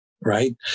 right